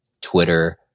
Twitter